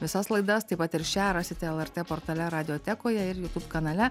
visas laidas taip pat ir šią rasite lrt portale radiotekoje ir youtube kanale